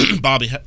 Bobby